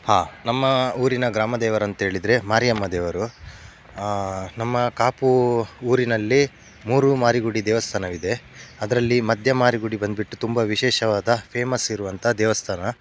ಹಾಂ ನಮ್ಮ ಊರಿನ ಗ್ರಾಮ ದೇವರಂಥೇಳಿದ್ರೆ ಮಾರಿಯಮ್ಮ ದೇವರು ನಮ್ಮ ಕಾಪು ಊರಿನಲ್ಲಿ ಮೂರು ಮಾರಿಗುಡಿ ದೇವಸ್ಥಾನವಿದೆ ಅದರಲ್ಲಿ ಮದ್ಯ ಮಾರಿಗುಡಿ ಬಂದ್ಬಿಟ್ಟು ತುಂಬ ವಿಶೇಷವಾದ ಫೇಮಸ್ ಇರುವಂಥ ದೇವಸ್ಥಾನ